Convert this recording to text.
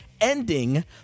ending